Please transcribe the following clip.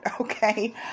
okay